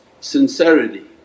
sincerity